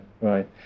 Right